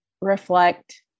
reflect